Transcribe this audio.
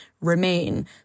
remain